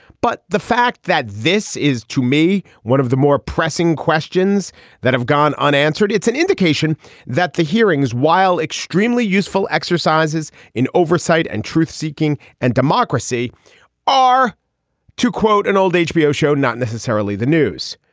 but the fact that this is to me one of the more pressing questions that have gone unanswered it's an indication that the hearings while extremely useful exercises in oversight and truth seeking and democracy are to quote an old hbo show not necessarily the news.